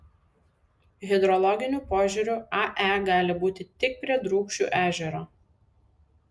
hidrologiniu požiūriu ae gali būti tik prie drūkšių ežero